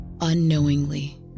Unknowingly